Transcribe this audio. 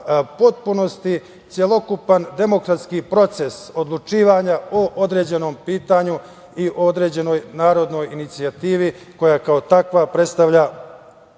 potpunosti celokupan demokratski proces odlučivanja o određenom pitanju i određenoj narodnoj inicijativi, koja kao takva predstavlja